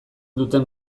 duten